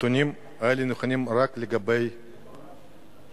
הנתונים האלה נכונים רק לגבי עכשיו.